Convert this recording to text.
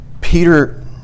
Peter